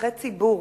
שליחי ציבור,